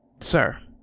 sir